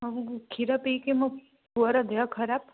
କ୍ଷୀର ପିଇକି ମୋ ପୁଅର ଦେହ ଖରାପ